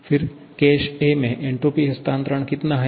फिर case a 'में entropy हस्तांतरण कितना है